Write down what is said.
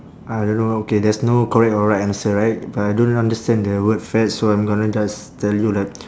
I don't know okay there's no correct or right answer right but I don't understand the word fad so I'm gonna just tell you like